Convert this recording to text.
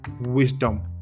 wisdom